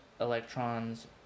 electrons